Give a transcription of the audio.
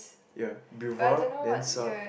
ya Bevour then Saat